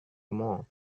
more